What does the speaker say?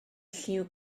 lliw